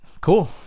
cool